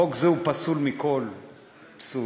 חוק זה הוא פסול מכל פסול,